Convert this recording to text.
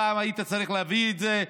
פעם היית צריך להביא את זה,